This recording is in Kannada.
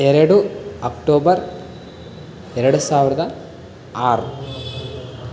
ಎರಡು ಅಕ್ಟೋಬರ್ ಎರಡು ಸಾವಿರದ ಆರು